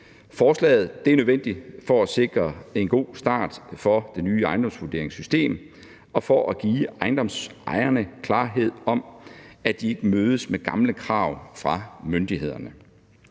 Forslaget er nødvendigt for at sikre en god start for det nye ejendomsvurderingssystem og for at give ejendomsejerne klarhed om, at de ikke mødes med gamle krav fra myndighederne.